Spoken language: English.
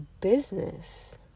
business